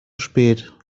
spät